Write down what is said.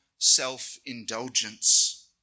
Self-indulgence